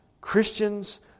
Christians